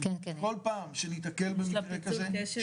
כל פעם שניתקל במקרה כזה